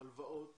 הלוואות